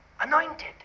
anointed